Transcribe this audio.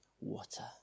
water